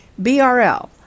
BRL